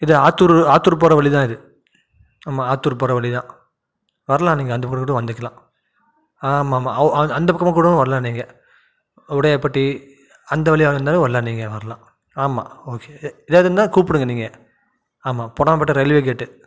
இது ஆத்தூர் ஆத்தூர் போகிற வழி தான் இது ஆமாம் ஆத்தூர் போகிற வழி தான் வரலாம் நீங்கள் அந்த வழியில் கூட வந்துக்கலாம் ஆமாம் ஆமாம் அவு அந்த பக்கமாகக்கூட வரலாம் நீங்கள் உடையப்பட்டி அந்த வழியாக வந்தாலும் வரலாம் நீங்கள் வரலாம் ஆமாம் ஓகே எதாவதுன்னால் கூப்பிடுங்க நீங்கள் ஆமாம் பொன்னமாப்பேட்டை ரயில்வே கேட்டு